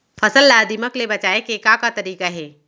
फसल ला दीमक ले बचाये के का का तरीका हे?